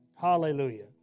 Hallelujah